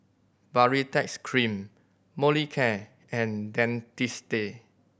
Baritex Cream Molicare and Dentiste